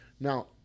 Now